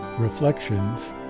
Reflections